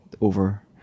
over